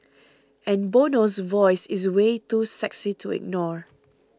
and Bono's voice is way too sexy to ignore